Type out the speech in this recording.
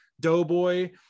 Doughboy